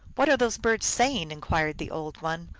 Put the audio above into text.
what are those birds saying? inquired the old one.